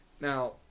Now